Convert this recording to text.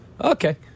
Okay